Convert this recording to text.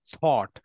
thought